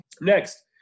next